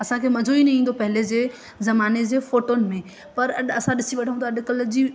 असांखे मज़ो ई न ईंदो हो पहले जे ज़माने जे फोटुनि में पर अॼु असां ॾिसी वठूं त अॼुकल्ह जी